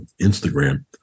Instagram